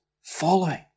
Following